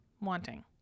wanting